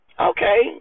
Okay